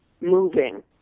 moving